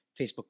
Facebook